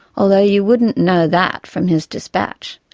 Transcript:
although you wouldn't know that from his dispatch,